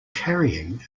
carrying